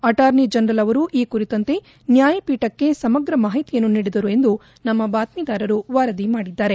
attorney general ಅವರು ಈ ಕುರಿತಂತೆ ನ್ಲಾಯಪೀಠಕ್ಕೆ ಸಮಗ್ರ ಮಾಹಿತಿಯನ್ನು ನೀಡಿದರು ಎಂದು ನಮ್ಮ ಬಾತ್ತಿದಾರರು ವರದಿಮಾಡಿದ್ದಾರೆ